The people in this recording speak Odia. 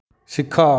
ଶିଖ